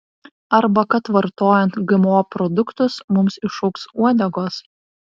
arba kad vartojant gmo produktus mums išaugs uodegos